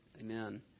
Amen